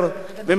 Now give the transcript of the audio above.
אדוני היושב-ראש,